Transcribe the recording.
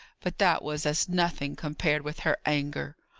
but that was as nothing, compared with her anger.